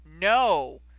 No